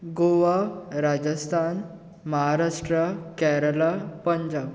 Goa Rajasthan Maharashtra Kerala Punjab